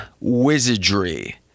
wizardry